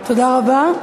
תודה רבה.